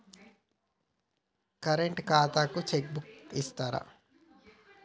Current ఖాతాకు cheque book ఇత్తరా?